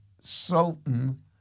Sultan